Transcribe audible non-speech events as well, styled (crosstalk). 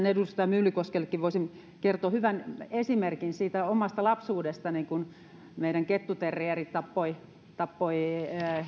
(unintelligible) edustaja myllykoskellekin voisin kertoa hyvän esimerkin omasta lapsuudestani kun meidän kettuterrieri tappoi tappoi